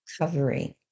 covering